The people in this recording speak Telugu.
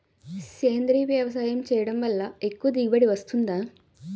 సేంద్రీయ వ్యవసాయం చేయడం వల్ల ఎక్కువ దిగుబడి వస్తుందా?